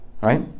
right